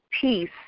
peace